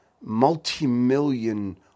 multi-million